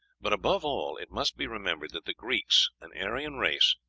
but, above all, it must be remembered that the greeks, an aryan race,